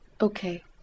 Okay